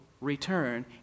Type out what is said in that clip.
return